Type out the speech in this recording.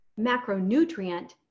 macronutrient